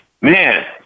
Man